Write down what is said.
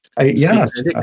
Yes